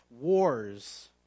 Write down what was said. wars